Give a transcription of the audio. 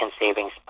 savings